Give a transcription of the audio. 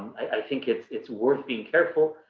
i think it's it's worth being careful.